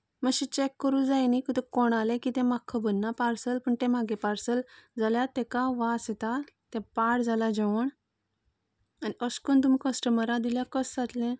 मातशें चेक करूंक जाय न्ही कितें कोणाले कितें म्हाका खबर ना तें पार्सल पूण तें म्हागे पार्सल जाल्यार तेका वास येता तें पाड जालां जेवण आनी अशें करून तुमी कस्टमरांक दिल्यार कशें जातले